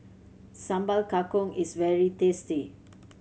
Sambal Kangkong is very tasty